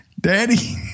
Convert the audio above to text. daddy